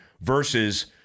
versus